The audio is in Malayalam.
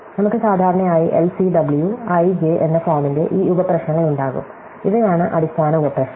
നമുക്ക് സാധാരണയായി LCW i j എന്ന ഫോമിന്റെ ഈ ഉപ പ്രശ്നങ്ങൾ ഉണ്ടാകും ഇവയാണ് അടിസ്ഥാന ഉപ പ്രശ്നം